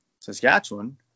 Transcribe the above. Saskatchewan